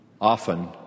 often